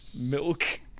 Milk